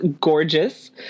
gorgeous